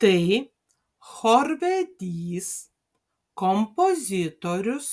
tai chorvedys kompozitorius